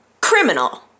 criminal